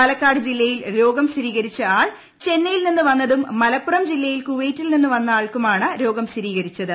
പാലക്കാട് ജില്ലയിൽ ര്യോഗം സ്ഥിരീകരിച്ച ആൾ ചെന്നൈയിൽ നിന്നും വന്നതും മലപ്പുറം ജില്ലയിൽ കുവൈറ്റിൽ നിന്നും വന്നയാൾക്കുമാണ് രോഗം സ്ഥിരീകരിച്ചത്